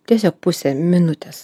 tiesiog pusė minutės